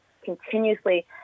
continuously